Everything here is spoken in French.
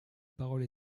parole